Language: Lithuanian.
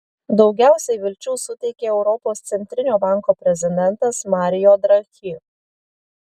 daugiausiai vilčių suteikė europos centrinio banko prezidentas mario draghi